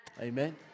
Amen